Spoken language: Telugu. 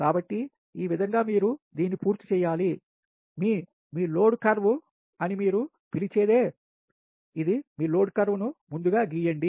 కాబట్టి ఈ విధంగా మీరు దీన్ని పూర్తి చేయాలి మీ మీ లోడ్ కర్వ్ అని మీరు పిలిచేది ఇది మీ లోడ్ కర్వ్ ను ముందుగా గీయండి